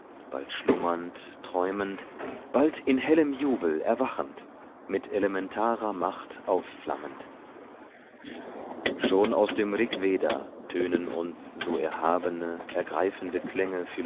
bald schlummernd träumend bald in hellem jubel erwachend mit elementarer macht aufflammend schon aus dem rigveda tönen uns so erhabene ergreifende klänge